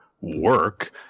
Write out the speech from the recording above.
work